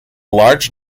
large